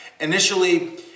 initially